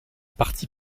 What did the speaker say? partis